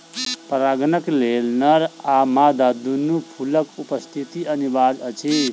परागणक लेल नर आ मादा दूनू फूलक उपस्थिति अनिवार्य अछि